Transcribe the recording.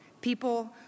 People